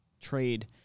trade